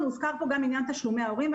הוזכר פה גם עניין תשלומי ההורים.